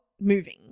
moving